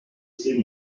c’est